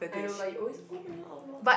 I know but you always oh my god Or-Lua